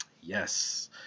Yes